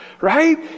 Right